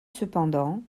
cependant